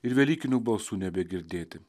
ir velykinių balsų nebegirdėti